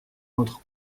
entre